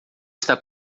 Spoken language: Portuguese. está